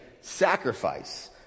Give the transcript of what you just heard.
sacrifice